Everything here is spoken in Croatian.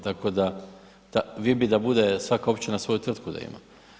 Tako da, vi bi da bude svaka općina svoju tvrtku da ima.